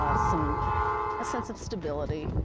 ah some a sense of stability